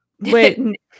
wait